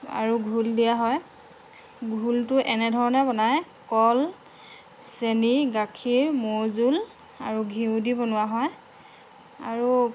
আৰু ঘোল দিয়া হয় ঘোলটো এনেধৰণে বনায় কল চেনি গাখীৰ মৌজোল আৰু ঘিউ দি বনোৱা হয় আৰু